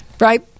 Right